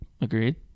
Agreed